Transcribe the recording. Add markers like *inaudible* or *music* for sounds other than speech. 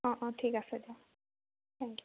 অঁ অঁ ঠিক আছে *unintelligible*